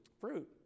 Fruit